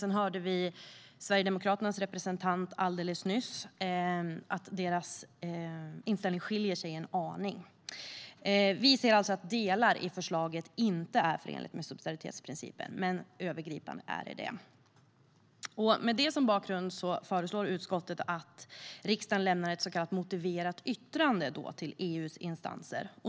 Sedan hörde vi av Sverigedemokraternas representant alldeles nyss att deras inställning skiljer sig en aning. Vi säger alltså att delar i förslaget inte är förenligt med subsidiaritetsprincipen men att förslaget övergripande är det. Med det som bakgrund föreslår utskottet att riksdagen lämnar ett så kallat motiverat yttrande till EU:s instanser.